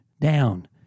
down